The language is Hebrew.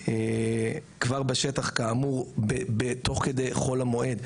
כבר בשטח כאמור תוך כדי חול המועד,